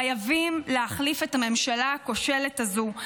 חייבים להחליף את הממשלה הכושלת הזו.